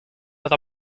with